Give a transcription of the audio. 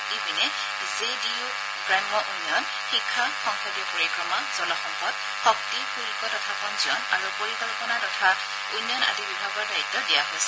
ইপিনে জে ডি ইউক গ্ৰাম্য উন্নয়ন শিক্ষা সংসদীয় পৰিক্ৰমা জলসম্পদ শক্তি শুহ্ব তথা পঞ্জীয়ন আৰু পৰিকল্পনা তথা উন্নয়ন আদি বিভাগৰ দায়িত্ব দিয়া হৈছে